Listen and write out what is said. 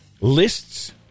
Lists